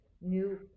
new